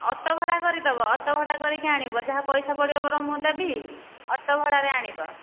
auto ଭଡ଼ା କରିଦେବ auto ଭଡ଼ା କରିକି ଆଣିବ ଯାହା ପଇସା ପଡ଼ିବ ବରଂ ମୁଁ ଦେବି ଅଟୋ ଭଡ଼ାରେ ଆଣିବ